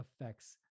affects